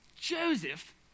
Joseph